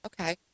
okay